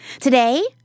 Today